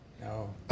No